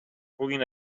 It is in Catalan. puguin